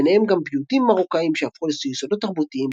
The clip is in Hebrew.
ביניהם גם פיוטים מרוקאיים שהפכו ליסודות תרבותיים,